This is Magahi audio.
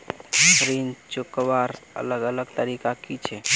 ऋण चुकवार अलग अलग तरीका कि छे?